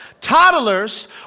toddlers